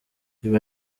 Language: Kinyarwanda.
ibi